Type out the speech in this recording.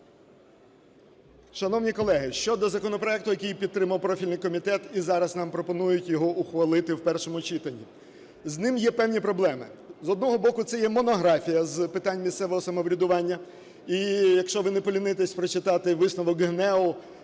Шановні колеги, щодо законопроекту, який підтримав профільний комітет і зараз нам пропонують його ухвалити в першому читанні, з ним є певні проблеми. З одного боку, це є монографія з питань місцевого самоврядування. І якщо ви не полінитесь прочитати висновок ГНЕУ,